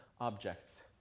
objects